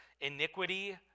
iniquity